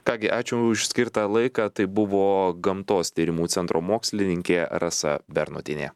ką gi ačiū už skirtą laiką tai buvo gamtos tyrimų centro mokslininkė rasa bernotienė